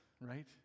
right